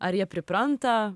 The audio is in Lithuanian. ar jie pripranta